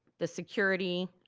the security,